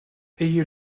ayez